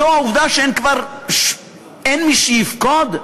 והעובדה שאין מי שיפקוד,